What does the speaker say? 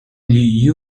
gli